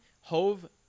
Hove